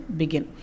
begin